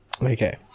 okay